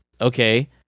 okay